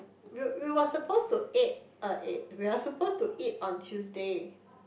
we we were supposed to ate uh ate we were supposed to eat on Tuesday